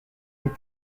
nous